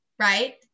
right